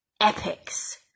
epics